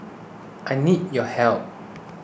I need your help